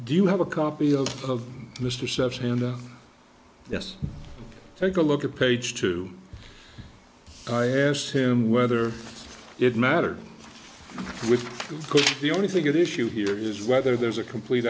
do you have a copy of mr session and yes take a look at page two i asked him whether it mattered with the only thing that issue here is whether there's a complete